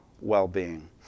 well-being